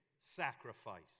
sacrifice